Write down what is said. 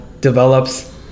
develops